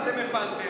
ואתם הפלתם.